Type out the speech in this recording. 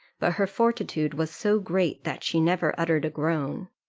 but her fortitude was so great that she never uttered a groan.